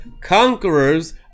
conquerors